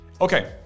Okay